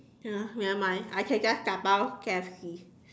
ya nevermind I can just dabao K_F_C